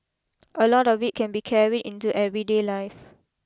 a lot of it can be carried into everyday life